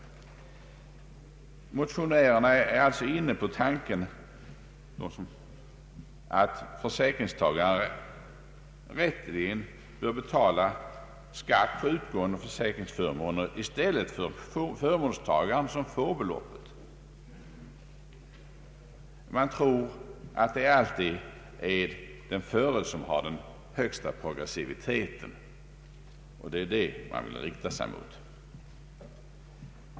Motionärerna är för sin del inne på tanken att en ny lagstiftning i ämnet bör resultera i att försäkringstagaren rätteligen bör betala skatt på utgående försäkringsförmåner i stället för den förmånstagare som får beloppet. Motionärerna tror att det alltid är den förre som har den högsta progressiviteten och vill rikta sig mot detta.